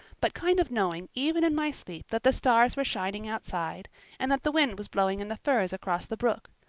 but kind of knowing even in my sleep that the stars were shining outside and that the wind was blowing in the firs across the brook.